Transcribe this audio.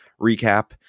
recap